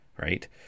right